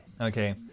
Okay